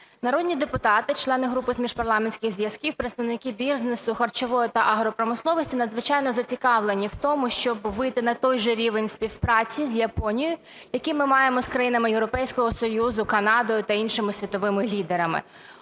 Народні депутати, члени групи з міжпарламентських зв’язків, представники бізнесу, харчової та агропромисловості надзвичайно зацікавлені в тому, щоби вийти на той же рівень співпраці з Японією, який ми маємо з країнами Європейського Союзу, Канадою та іншими світовими лідерами.